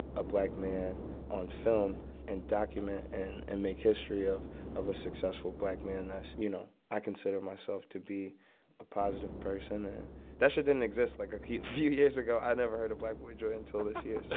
a black man on film and document and and make history of of a successful black man that's you know, i consider myself to be a positive person. and that shit didn't exist like a few few years ago. i never heard of black boy joy until this year. so.